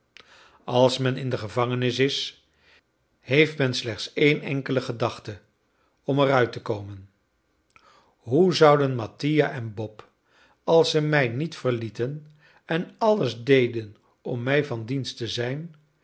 als men in de gevangenis is heeft men slechts één enkele gedachte om eruit te komen hoe zouden mattia en bob als ze mij niet verlieten en alles deden om mij van dienst te zijn